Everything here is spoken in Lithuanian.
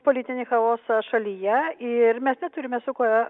politinį chaosą šalyje ir mes neturime su kuo